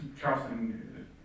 Charleston